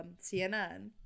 CNN